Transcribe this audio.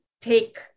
take